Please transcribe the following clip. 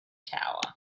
tower